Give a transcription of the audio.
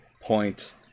point